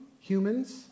humans